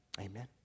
Amen